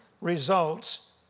results